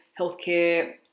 healthcare